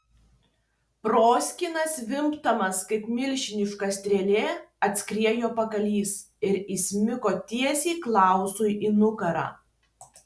proskyna zvimbdamas kaip milžiniška strėlė atskriejo pagalys ir įsmigo tiesiai klausui į nugarą